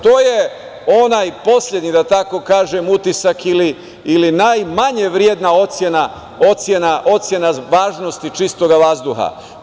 To je onaj poslednji, da tako kažem, utisak ili najmanje vredna ocena važnosti čistog vazduha.